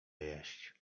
jeść